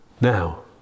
Now